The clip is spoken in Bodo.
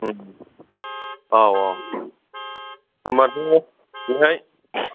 औ औ होनबाथ' बेहाय